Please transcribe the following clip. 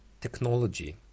technology